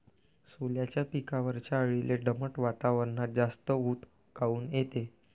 सोल्याच्या पिकावरच्या अळीले दमट वातावरनात जास्त ऊत काऊन येते?